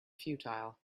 futile